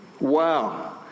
wow